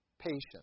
patience